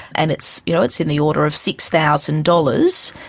and it's you know it's in the order of six thousand dollars.